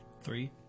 Three